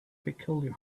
peculiar